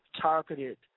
targeted